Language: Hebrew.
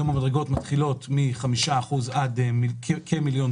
המדרגות מתחילות היום מ-5%, כ-1.3 מיליון,